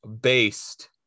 based